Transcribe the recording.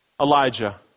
Elijah